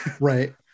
right